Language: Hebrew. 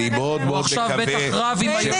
אני מאוד מאוד מקווה שחבר